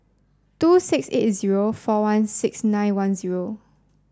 two six eight zero four one six nine one zero